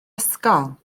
ysgol